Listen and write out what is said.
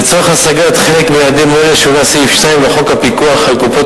לצורך השגת חלק מיעדים אלה שונה סעיף 2 לחוק הפיקוח על קופות